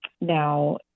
Now